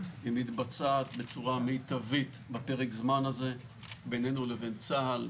מתבצעת בצורה מיטבית בפרק הזמן הזה בינינו לבין צה"ל,